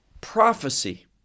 prophecy